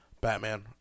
Batman